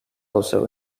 also